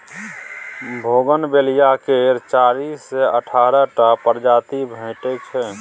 bougainvillea केर चारि सँ अठारह टा प्रजाति भेटै छै